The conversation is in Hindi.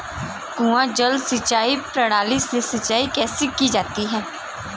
कुआँ जल सिंचाई प्रणाली से सिंचाई कैसे की जाती है?